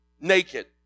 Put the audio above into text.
naked